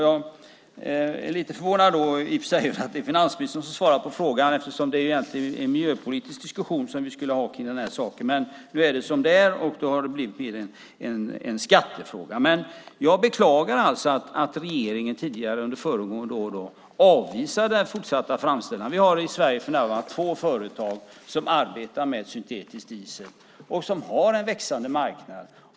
Jag är lite förvånad över att det är finansministern som svarar på frågan eftersom det egentligen är en miljöpolitisk diskussion vi skulle föra om den här saken. Men nu är det som det är, och det har blivit mer av en skattefråga. Jag beklagar att regeringen tidigare, under föregående år, avvisade den fortsatta framställan. Vi har i Sverige för närvarande två företag som arbetar med syntetisk diesel och som har en växande marknad.